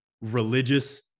religious